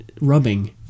Rubbing